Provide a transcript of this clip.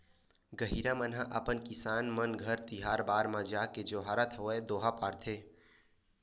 गहिरा मन ह अपन किसान मन घर तिहार बार म जाके जोहारत होय दोहा पारथे